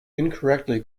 incorrectly